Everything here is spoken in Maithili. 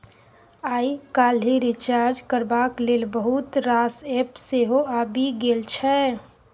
आइ काल्हि रिचार्ज करबाक लेल बहुत रास एप्प सेहो आबि गेल छै